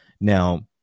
Now